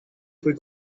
fue